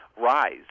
rise